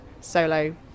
solo